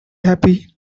happy